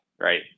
right